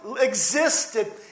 existed